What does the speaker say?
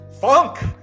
funk